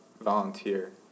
volunteer